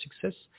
success